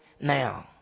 now